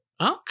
Okay